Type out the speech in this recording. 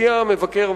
מציע המבקר,